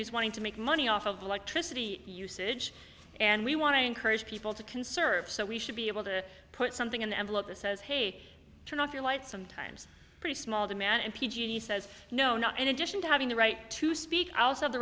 who's wanting to make money off of electricity usage and we want to encourage people to conserve so we should be able to put something in the envelope that says hey turn off your lights sometimes pretty small demand p g d says no no in addition to having the right to speak